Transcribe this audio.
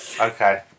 okay